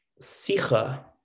Sicha